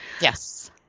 yes